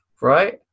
right